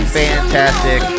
fantastic